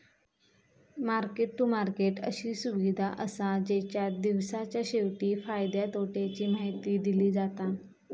market to market अशी सुविधा असा जेच्यात दिवसाच्या शेवटी फायद्या तोट्याची माहिती दिली जाता